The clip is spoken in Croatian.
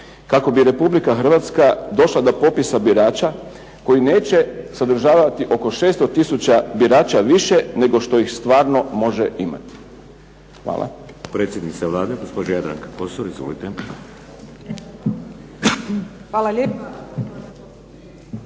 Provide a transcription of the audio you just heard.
kako bi Republika Hrvatska došla do popisa birača koji neće sadržavati oko 600 tisuća birača više, nego što ih stvarno može imati? Hvala.